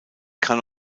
kann